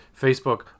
Facebook